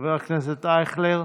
חבר הכנסת אייכלר,